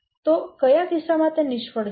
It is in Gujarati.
તો કયા કિસ્સામાં તે નિષ્ફળ જશે